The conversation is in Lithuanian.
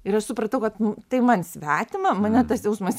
ir aš supratau kad tai man svetima mane tas jausmas